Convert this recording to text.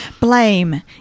Blame